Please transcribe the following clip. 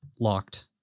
locked